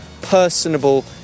personable